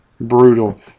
brutal